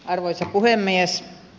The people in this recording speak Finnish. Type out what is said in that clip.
arvoisa puhemies